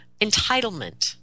entitlement